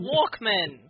Walkman